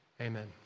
Amen